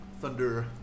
Thunder